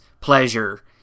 pleasure